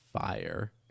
Fire